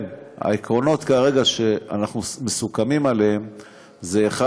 העקרונות שאנחנו מסוכמים עליהם כרגע: